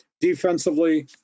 defensively